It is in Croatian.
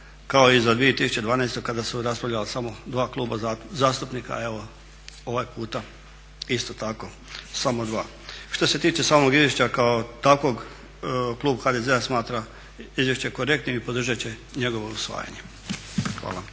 kao i za 2012. kada su raspravljala samo dva kluba zastupnika. Evo ovaj puta isto tako samo dva. Što se tiče samog izvješća kao takvog klub HDZ-a smatra izvješće korektnim i podržat će njegovo usvajanje. Hvala.